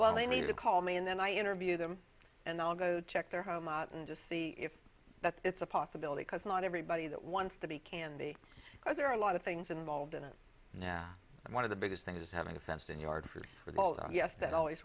well they need to call me and then i interview them and i'll go check their home and just see if that it's a possibility because not everybody that wants to be can be either a lot of things involved in it yeah and one of the biggest things is having a fenced in yard for yes that always